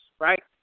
right